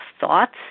thoughts